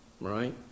right